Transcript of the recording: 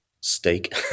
Steak